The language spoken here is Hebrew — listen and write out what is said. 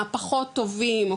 הפחות טובים,